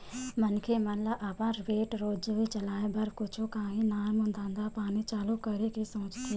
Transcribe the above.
मनखे मन ल अपन पेट रोजी चलाय बर कुछु काही नानमून धंधा पानी चालू करे के सोचथे